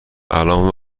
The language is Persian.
الان